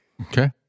Okay